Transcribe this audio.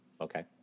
Okay